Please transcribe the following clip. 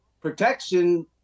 protection